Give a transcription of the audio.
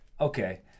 okay